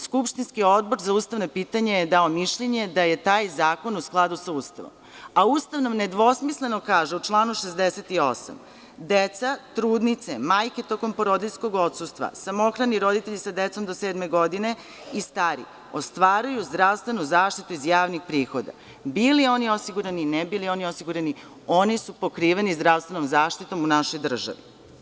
Skupštinski Odbor za ustavna pitanja je dao mišljenje da je taj zakon u skladu sa Ustavom, a Ustav nam nedvosmisleno kaže u članu 68. – deca, trudnice, majke tokom porodiljskog odsustva, samohrani roditelji sa decom do sedme godine i stari ostvaruju zdravstvenu zaštitu iz javnih prihoda, bili oni osigurani, ne bili oni osigurani, oni su pokriveni zdravstvenom zaštitom u našoj državi.